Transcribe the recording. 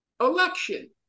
election